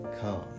come